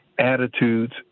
attitudes